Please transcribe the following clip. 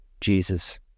Jesus